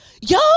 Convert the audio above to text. yo